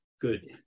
good